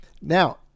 Now